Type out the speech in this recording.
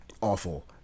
awful